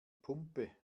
pumpe